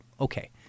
okay